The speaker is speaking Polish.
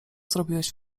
zrobiłeś